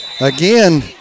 Again